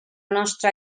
nostra